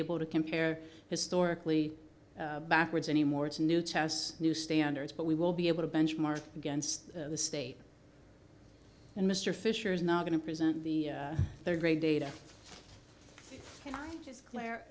able to compare historically backwards anymore to new tests new standards but we will be able to benchmark against the state and mr fisher is now going to present the third grade data claire